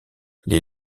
les